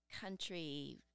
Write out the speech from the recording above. country